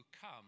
come